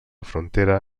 frontera